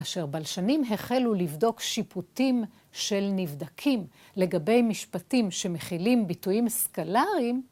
אשר בלשנים החלו לבדוק שיפוטים של נבדקים לגבי משפטים שמכילים ביטויים סקלריים.